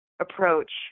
approach